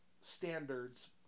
standards